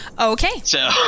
Okay